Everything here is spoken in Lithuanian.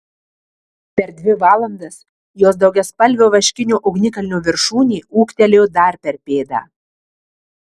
per dvi valandas jos daugiaspalvio vaškinio ugnikalnio viršūnė ūgtelėjo dar per pėdą